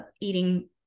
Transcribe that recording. eating